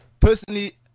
Personally